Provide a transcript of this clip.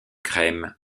crème